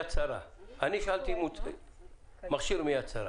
אני שאלתי מכשיר מיד שרה